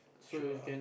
true ah